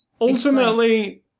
Ultimately